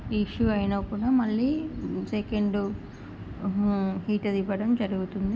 issue అయినా కూడా మళ్ళీ సెకండ్ హీటర్ ఇవ్వడం జరుగుతుంది